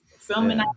filming